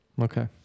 Okay